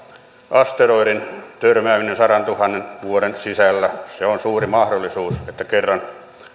asteroidin törmääminen sadantuhannen vuoden sisällä se on suuri mahdollisuus että kerran